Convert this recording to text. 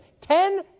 Ten